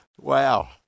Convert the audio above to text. Wow